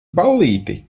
ballīti